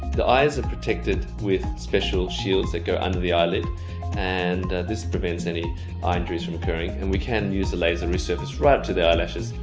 the eyes are protected with special shields that go under the eyelid and this prevents any eye injuries from occurring and we can use the laser resurface right up to the eyelashes,